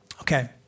Okay